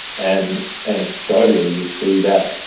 and anecdotally we see that,